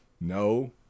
No